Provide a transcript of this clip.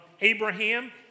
Abraham